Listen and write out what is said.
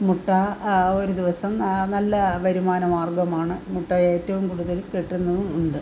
മുട്ട ഒരു ദിവസം നല്ല വരുമാനം മാർഗമാണ് മുട്ട ഏറ്റവും കൂടുതൽ കിട്ടുന്നുവും ഉണ്ട്